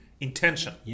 intention